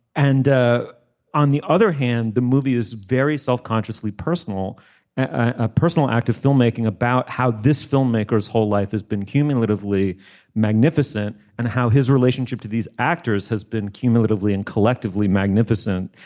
and ah on the other hand the movie is very self consciously personal and ah personal active filmmaking about how this filmmaker's whole life has been cumulatively magnificent and how his relationship to these actors has been cumulatively and collectively magnificent.